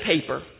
paper